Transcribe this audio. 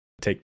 take